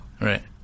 Right